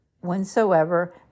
whensoever